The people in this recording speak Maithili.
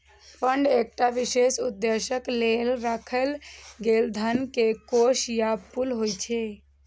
फंड एकटा विशेष उद्देश्यक लेल राखल गेल धन के कोष या पुल होइ छै